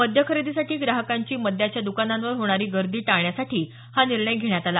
मद्य खरेदीसाठी ग्राहकांची मद्याच्या दकानांवर होणारी गर्दी टाळण्यासाठी हा निर्णय घेण्यात आला